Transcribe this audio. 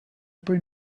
poi